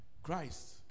Christ